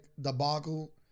debacle